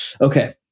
Okay